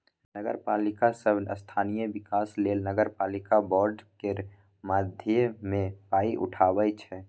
नगरपालिका सब स्थानीय बिकास लेल नगरपालिका बॉड केर माध्यमे पाइ उठाबै छै